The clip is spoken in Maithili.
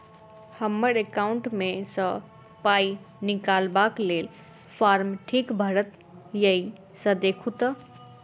हम्मर एकाउंट मे सऽ पाई निकालबाक लेल फार्म ठीक भरल येई सँ देखू तऽ?